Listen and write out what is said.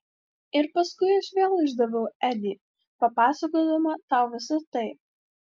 ir paskui aš vėl išdaviau edį papasakodama tau visa tai